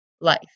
life